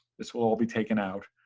this will all be taken out.